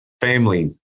families